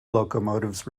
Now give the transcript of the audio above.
locomotives